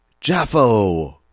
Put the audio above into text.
Jaffo